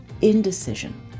indecision